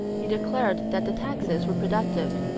he declared that the taxes were productive,